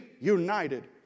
united